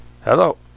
Hello